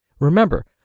Remember